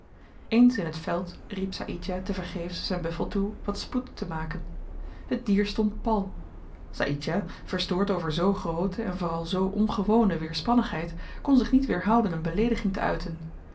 eens in t veld riep saïdjah tevergeefs zyn buffel toe wat spoed te maken het dier stond pal saïdjah verstoord over zoo groote en vooral zoo ongewone weerspannigheid kon zich niet weerhouden een beleediging te uiten